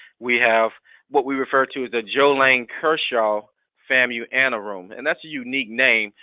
we have what we refer to as the joe lang kershaw famu anteroom and that's a unique name,